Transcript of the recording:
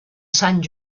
sant